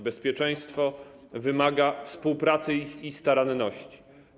Bezpieczeństwo wymaga współpracy i staranności.